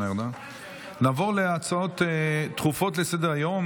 נעבור להצעות דחופות לסדר-היום,